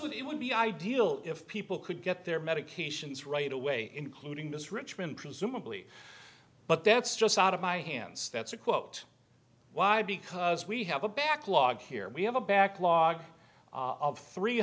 what it would be ideal if people could get their medications right away including this richmond presumably but that's just out of my hands that's a quote why because we have a backlog here we have a backlog of three